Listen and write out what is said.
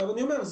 עכשיו אני אומר,